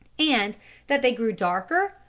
and that they grew darker,